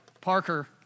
Parker